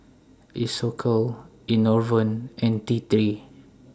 Isocal Enervon and T three